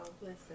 Listen